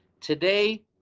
today